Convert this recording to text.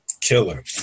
Killer